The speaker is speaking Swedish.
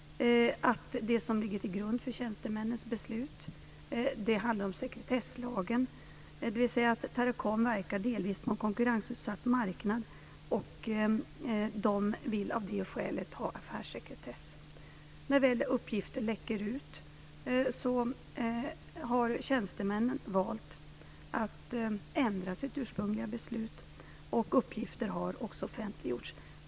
Det som ligger till grund för tjänstemännens beslut handlar om sekretesslagen, dvs. att Teracom verkar delvis på en konkurrensutsatt marknad och vill av det skälet ha affärssekretess. När väl uppgifter läcker ut har tjänstemännen valt att ändra sitt ursprungliga beslut. Uppgifter har också offentliggjorts.